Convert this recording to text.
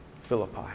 Philippi